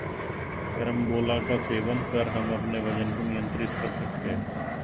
carambola का सेवन कर हम अपने वजन को नियंत्रित कर सकते हैं